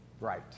Right